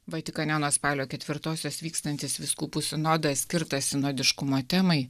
vatikane nuo spalio ketvirtosios vykstantis vyskupų sinodas skirtas sinodiškumo temai